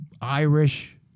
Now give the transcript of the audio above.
Irish